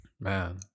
Man